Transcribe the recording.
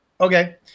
okay